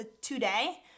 today